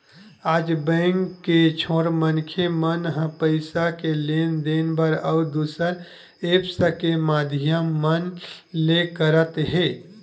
आज बेंक के छोड़ मनखे मन ह पइसा के लेन देन बर अउ दुसर ऐप्स के माधियम मन ले करत हे